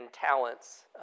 talents